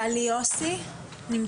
גלי דוידסון.